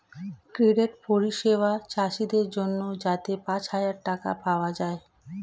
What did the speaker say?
credit পরিষেবা চাষীদের জন্যে যাতে পাঁচ হাজার টাকা পাওয়া যায়